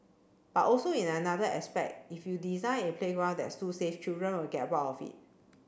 but also in another aspect if you design a playground that's too safe children will get bored of it